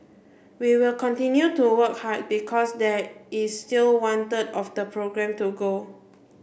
we will continue to work hard because there is still one third of the programme to go